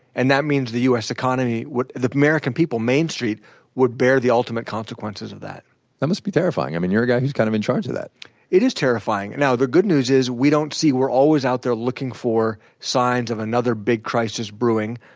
and that means the u s. economy, the american people, main street would bear the ultimate consequences of that that must be terrifying. i mean you're a guy who's kind of in charge of that it is terrifying. now the good news is we don't see, we're always out there looking for signs of another big crisis brewing,